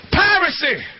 piracy